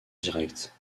directe